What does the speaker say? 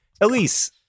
Elise